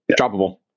Droppable